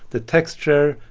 the texture,